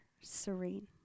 serene